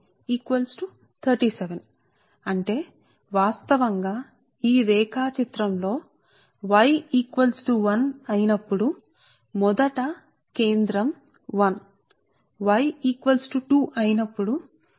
కాబట్టి y 4 కి ప్రతిక్షేపిస్తే అప్పుడు S 1 6 12 18 37 కి సమానం అంటే ఈ రేఖాచిత్రం లో అంటే ఈ రేఖాచిత్రం లో వాస్తవానికి y 1 కి సమానమై నప్పుడు మొదటి కేంద్రం వద్ద y2 అయిన 1 ప్లస్ 6 7 కు సమానం గా ఉన్నప్పుడు